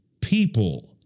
people